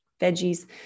veggies